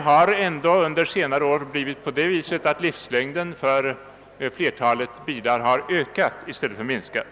att under senare år livslängden för flertalet bilar har ökat och inte minskat.